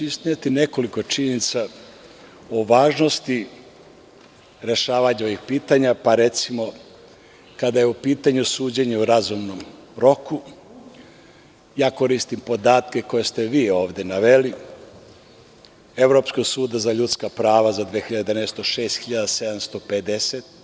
Izneću nekoliko činjenica o važnosti rešavanja ovih pitanja, pa recimo, kada je u pitanju suđenje u razumnom roku, koristim podatke koje ste vi ovde naveli Evropskog suda za ljudska prava za 2011. godinu 6.750 predmeta.